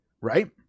right